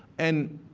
and